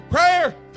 Prayer